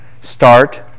Start